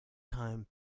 time